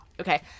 okay